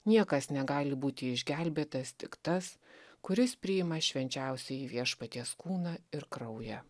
niekas negali būti išgelbėtas tik tas kuris priima švenčiausiąjį viešpaties kūną ir kraują